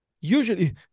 usually